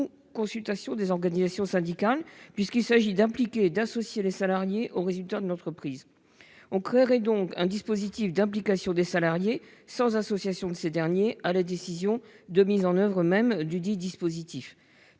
ou consultation des organisations syndicales, puisqu'il s'agit d'impliquer et d'associer les salariés aux résultats de l'entreprise. On créerait donc un dispositif d'implication des salariés sans les associer à la décision de mise en oeuvre dudit dispositif.